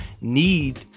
need